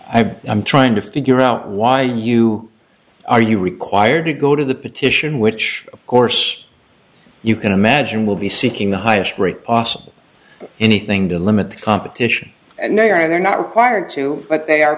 i've i'm trying to figure out why you are you required to go to the petition which of course you can imagine will be seeking the highest rate possible anything to limit the competition and they are not required to but they are